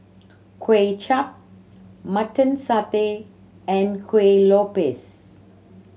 Kway Chap Mutton Satay and Kuih Lopes